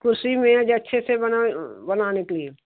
कुर्सी मेज़ अच्छे से बनाए बनाने के लिए